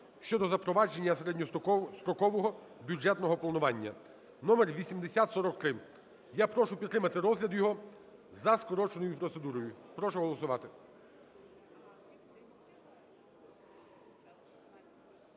щодо запровадження середньострокового бюджетного планування (№ 8043). Я прошу підтримати розгляд його за скороченою процедурою. Прошу голосувати.